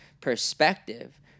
perspective